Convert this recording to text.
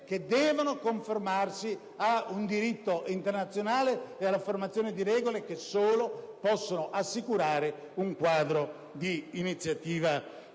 che devono conformarsi ad un diritto internazionale per la formazione di regole che sole possono assicurare un quadro di iniziativa